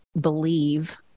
believe